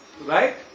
right